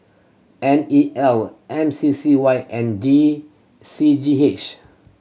N E L M C C Y and D C G H